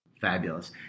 Fabulous